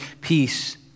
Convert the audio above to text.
peace